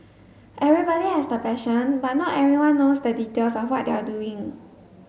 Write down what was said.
everybody has the passion but not everyone knows the details of what they are doing